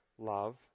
love